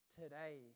today